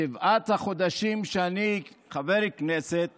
בשבעת החודשים שאני חבר כנסת